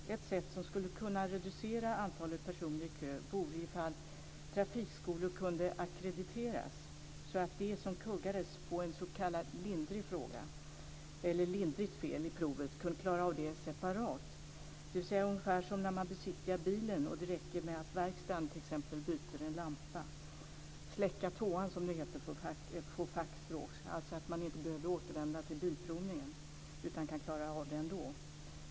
Något som skulle kunna reducera antalet personer i kö vore ifall trafikskolor kunde ackrediteras, så att de som kuggades på en s.k. lindrig fråga eller gjorde ett lindrigt fel i provet skulle kunna klara av det separat. Det skulle vara ungefär som när man besiktigar bilen och det räcker med att verkstaden t.ex. byter en lampa - "släcka tvåan", som det heter på fackspråk. Då behöver man alltså inte återvända till bilprovningen utan man kan klara av det ändå.